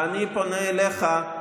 ואני פונה אליך,